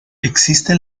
existe